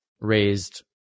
raised